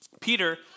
Peter